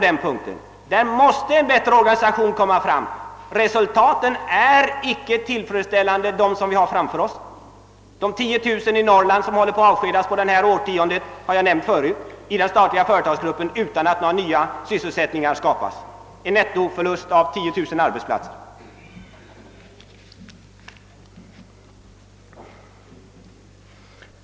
Där måste det till en bättre organisation. Utsikterna framför oss är otillfredställande. Det har tidigare här nämnts om de 10 000 arbetare i Norrland som kommer att avskedas under detta årtionde. Dessa 10000 arbetsplatser försvinner ur den statliga företagsprodukten utan att nya sysselsättningstillfällen skapas i stället.